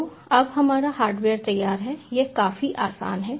तो अब हमारा हार्डवेयर तैयार है यह काफी आसान है